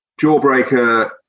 Jawbreaker